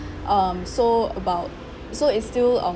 um so about so is still um